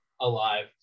alive